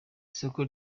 isoko